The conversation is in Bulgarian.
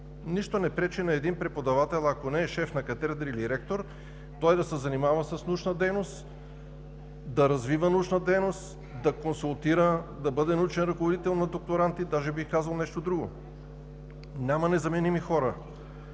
Нищо не пречи на един преподавател, ако не е шеф на катедра или ректор, да се занимава с научна дейност, да развива научна дейност, да консултира, да бъде научен ръководител на докторанти. Дори бих казал и нещо друго: няма незаменими хора.